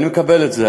אני מקבל את זה.